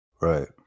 right